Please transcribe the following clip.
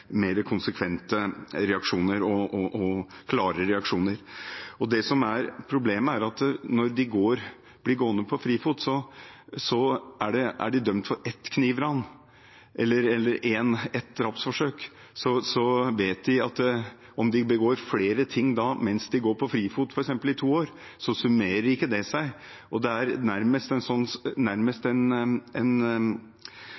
konsekvente og klarere reaksjoner. Det som er problemet, er at når de blir gående på frifot og er dømt for ett knivran eller ett drapsforsøk, vet de at om de begår flere ting mens de er på frifot i f.eks. to år, summerer ikke det seg. Det er nærmest en